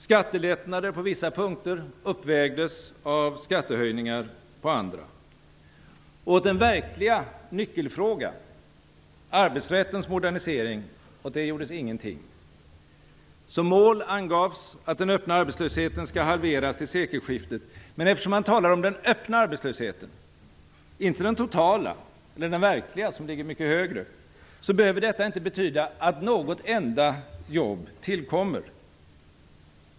Skattelättnader på vissa punkter uppvägdes av skattehöjningar på andra. Åt den verkliga nyckelfrågan - arbetsrättens modernisering - gjordes ingenting. Som mål angavs att den öppna arbetslösheten skall halveras till sekelskiftet. Men eftersom man talar om den öppna arbetslösheten - inte den totala eller den verkliga som är mycket högre - behöver inte detta betyda att något enda jobb tillkommer.